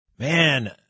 Man